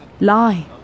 lie